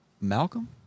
Malcolm